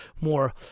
more